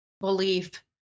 belief